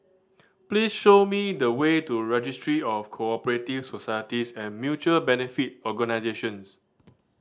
please show me the way to Registry of Co Operative Societies and Mutual Benefit Organisations